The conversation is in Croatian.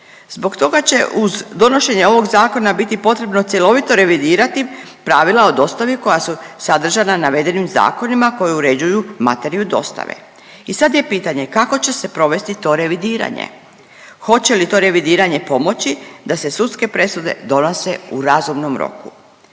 Zbog toga će uz donošenje ovog Zakona biti potrebno cjelovito revidirati pravila o dostavi koja su sadržaja u navedenim zakonima koji uređuju materiju dostave. I sad je pitanje, kako će se provesti to revidiranje? Hoće li to revidiranje pomoći da se sudske presude donose u razumnom roku?